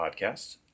podcast